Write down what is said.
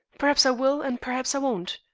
perhaps i will and perhaps i won't.